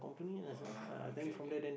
oh okay okay